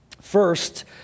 First